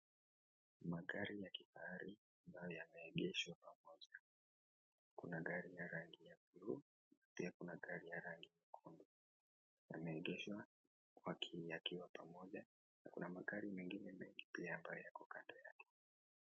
Magari ya kifahari ambayo yameegeshwa pamoja . Kuna gari ya rangi ya buluu, pia kuna gari ya rangi nyekundu. Yameegeshwa yakiwa pamoja na kuna magari mengine mengi pia ambayo yako kando yake.